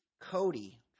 Cody